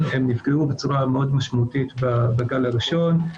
נפגעו בצורה מאוד משמעותית בגל הראשון.